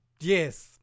Yes